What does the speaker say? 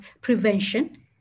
prevention